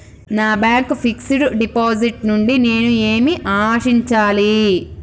నా bank fixed deposit నుండి నేను ఏమి ఆశించాలి?